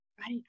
Right